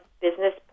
business